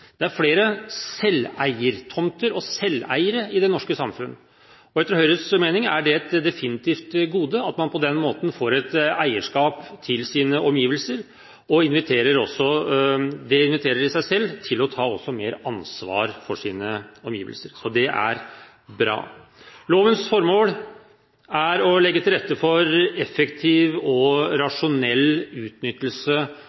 Det er flere selveiertomter og selveiere i det norske samfunn, og etter Høyres mening er det definitivt et gode at man på den måten får et eierskap til sine omgivelser. Det i seg selv inviterer også til å ta mer ansvar for sine omgivelser, og det er bra. Lovens formål er å legge til rette for effektiv og